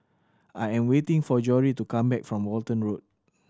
I am waiting for Jory to come back from Walton Road